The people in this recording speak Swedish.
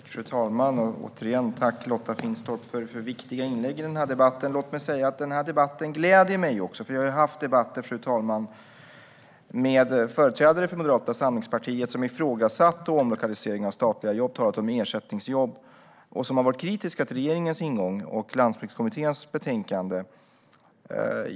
Fru talman! Tack återigen, Lotta Finstorp, för viktiga inlägg i debatten! Låt mig också säga att debatten gläder mig. Vi har ju haft debatter med företrädare för Moderata samlingspartiet som har ifrågasatt omlokalisering av statliga jobb och har talat om ersättningsjobb. De har varit kritiska till regeringens ingång och Landsbygdskommitténs betänkande.